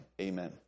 amen